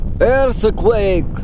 Earthquake